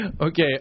Okay